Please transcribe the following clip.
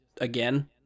again